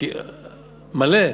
מלא.